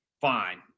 fine